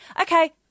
okay